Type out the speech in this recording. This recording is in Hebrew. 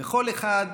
וכל אחד,